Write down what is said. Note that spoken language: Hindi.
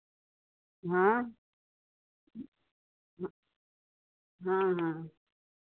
हाँ हाँ हाँ